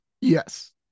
Yes